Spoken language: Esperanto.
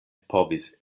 povis